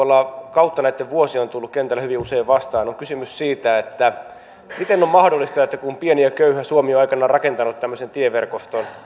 kautta näitten vuosien on tullut kentällä hyvin usein vastaan on kysymys siitä miten on mahdollista että kun pieni ja köyhä suomi on aikanaan rakentanut tämmöisen tieverkoston